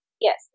yes